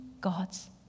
god's